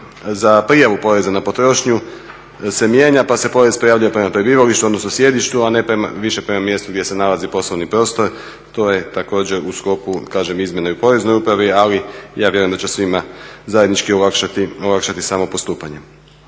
za prijavu poreza na potrošnju se mijenja pa se porez prijavljuje prema prebivalištu, odnosno sjedištu, a ne više prema mjestu gdje se nalazi poslovni prostor. To je također u sklopu kažem izmjene u Poreznoj upravi ali ja vjerujem da će svima zajednički olakšati samo postupanje.